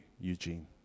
Eugene